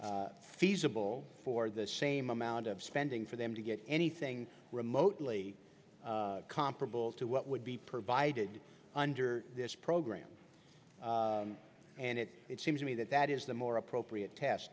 be feasible for the same amount of spending for them to get anything remotely comparable to what would be provided under this program and it seems to me that that is the more appropriate test